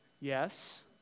Yes